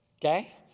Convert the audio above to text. Okay